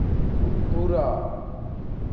କୁକୁର